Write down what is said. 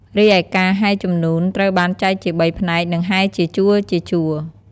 រីឯការហែជំនូនត្រូវបានចែកជាបីផ្នែក និងហែជាជួរៗ។